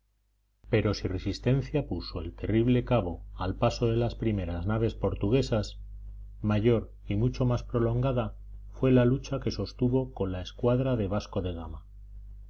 pero si resistencia puso el terrible cabo al paso de las primeras naves portuguesas mayor y mucho más prolongada fue la lucha que sostuvo con la escuadra de vasco de gama